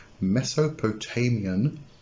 mesopotamian